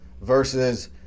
versus